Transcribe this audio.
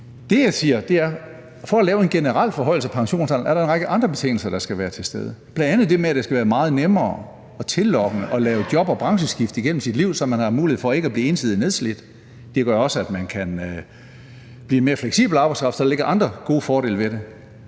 for at lave en generel forhøjelse af pensionsalderen er der en række andre betingelser, der skal være til stede. Bl.a. skal det være meget nemmere og mere tillokkende at lave job- og brancheskift gennem sit liv, så man har mulighed for at undgå at blive nedslidt på grund af ensidigt arbejde. Det gør også, at man kan blive en mere fleksibel arbejdskraft. Der ligger andre fordele i det.